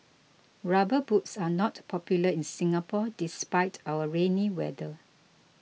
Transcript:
rubber boots are not popular in Singapore despite our rainy weather